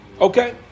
Okay